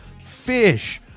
fish